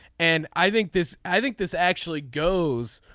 and i think this i think this actually goes